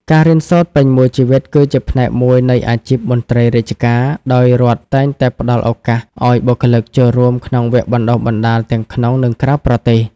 ការរៀនសូត្រពេញមួយជីវិតគឺជាផ្នែកមួយនៃអាជីពមន្ត្រីរាជការ ដោយរដ្ឋតែងតែផ្តល់ឱកាសឱ្យបុគ្គលិកចូលរួមក្នុងវគ្គបណ្តុះបណ្តាលទាំងក្នុង និងក្រៅប្រទេស។